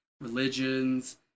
religions